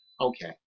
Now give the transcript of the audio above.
okay